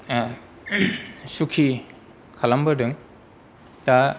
सुखि खालामबोदों दा